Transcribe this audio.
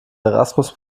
erasmus